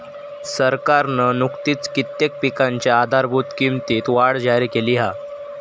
सरकारना नुकतीच कित्येक पिकांच्या आधारभूत किंमतीत वाढ जाहिर केली हा